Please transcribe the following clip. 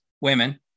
women